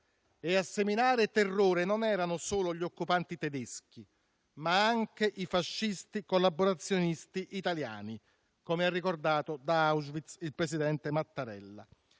E a seminare terrore erano non solo gli occupanti tedeschi, ma anche i fascisti collaborazionisti italiani, come ha ricordato da Auschwitz il presidente Mattarella.